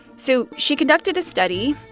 so she conducted a study.